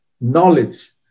Knowledge